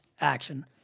action